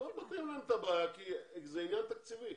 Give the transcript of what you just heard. לא פותרים להם את הבעיה כי זה עניין תקציבי.